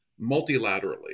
multilaterally